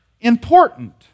important